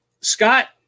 Scott